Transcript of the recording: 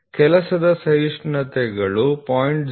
ಕೆಲಸದ ಸಹಿಷ್ಣುತೆಗಳು 0